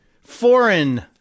foreign